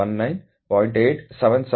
8777 0